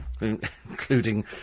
including